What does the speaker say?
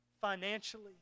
Financially